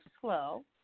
slow